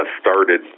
started